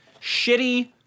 shitty